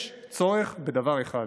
יש צורך בדבר אחד: